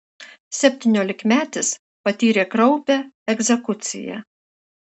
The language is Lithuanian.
septyniolikmetis patyrė kraupią egzekuciją